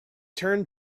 turned